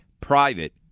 private